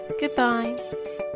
Goodbye